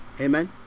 amen